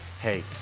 hey